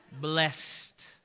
Blessed